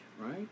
Right